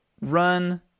run